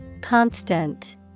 Constant